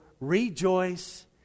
rejoice